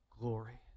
glory